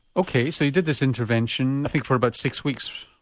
ok so you did this intervention i think for about six weeks.